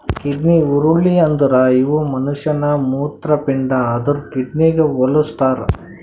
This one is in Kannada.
ಕಿಡ್ನಿ ಹುರುಳಿ ಅಂದುರ್ ಇವು ಮನುಷ್ಯನ ಮೂತ್ರಪಿಂಡ ಅಂದುರ್ ಕಿಡ್ನಿಗ್ ಹೊಲುಸ್ತಾರ್